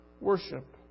worship